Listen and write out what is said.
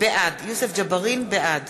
בעד